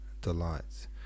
Delights